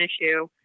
issue